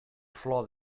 flor